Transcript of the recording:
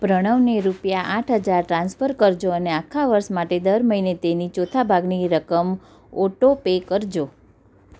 પ્રણવને રૂપિયા આઠ હજાર ટ્રાન્સફર કરજો અને આખા વર્ષ માટે દર મહિને તેની ચોથા ભાગની રકમ ઓટો પે કરજો